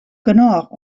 genôch